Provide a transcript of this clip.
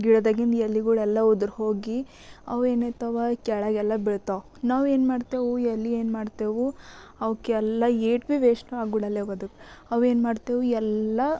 ಗಿಡದಾಗಿನ ಎಲಿಗಳೆಲ್ಲ ಉದರಿ ಹೋಗಿ ಅವು ಏನಾಗ್ತಾವೆ ಕೆಳಗೆಲ್ಲ ಬೀಳ್ತವೆ ನಾವೇನು ಮಾಡ್ತೀವಿ ಎಲೆ ಏನು ಮಾಡ್ತೀವಿ ಅವುಕೆಲ್ಲ ಎಷ್ಟು ಭೀ ವೇಶ್ಟ್ ಆಗ್ಗುಡಲ್ಲೇವು ಅದಕ್ಕೆ ಅವು ಏನು ಮಾಡ್ತೀವಿ ಎಲ್ಲ